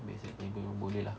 bed side table pun boleh lah